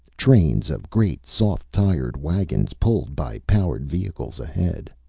trains of great soft-tired wagons, pulled by powered vehicles ahead.